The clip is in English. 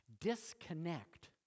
disconnect